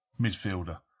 midfielder